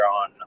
on